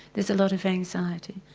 there's a lot of anxiety.